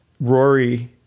Rory